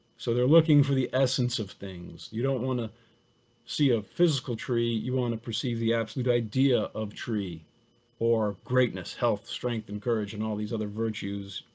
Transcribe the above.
so they're looking for the essence of things. you don't want to see a physical tree. you want to perceive the absolute idea of tree or greatness, health, strength and courage and all these other virtues.